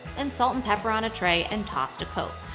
and salt and pepper on a tray and toss to coat.